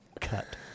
cut